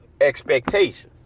expectations